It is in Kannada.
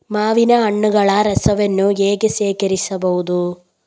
ಮಾವಿನ ಹಣ್ಣುಗಳ ರಸವನ್ನು ಹೇಗೆ ಶೇಖರಿಸಬಹುದು?